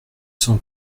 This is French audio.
cent